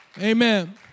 Amen